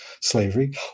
slavery